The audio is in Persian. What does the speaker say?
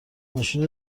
ماشین